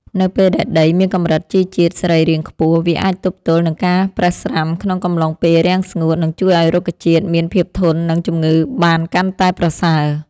នៅពេលដែលដីមានកម្រិតជីជាតិសរីរាង្គខ្ពស់ វាអាចទប់ទល់នឹងការប្រេះស្រាំក្នុងកំឡុងពេលរាំងស្ងួត និងជួយឱ្យរុក្ខជាតិមានភាពធន់នឹងជំងឺបានកាន់តែប្រសើរ។